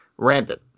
random